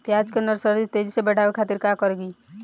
प्याज के नर्सरी तेजी से बढ़ावे के खातिर का करी?